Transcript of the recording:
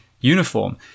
uniform